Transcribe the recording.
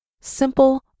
simple